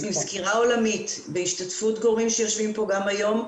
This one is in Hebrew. סקירה עולמית בהשתתפות גורמים שיושבים פה גם היום,